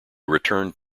returned